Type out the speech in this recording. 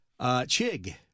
Chig